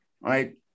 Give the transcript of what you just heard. right